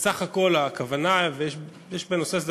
יש בנושא הזה,